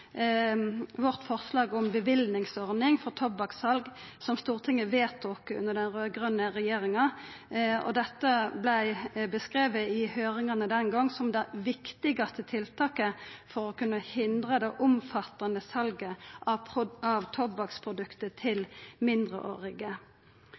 vårt om bevillingsordning for tobakkssal, som Stortinget vedtok under den raud-grøne regjeringa. Dette vart den gongen beskrive i høyringane som det viktigaste tiltaket for å kunna hindra det omfattande salet av tobakksprodukt til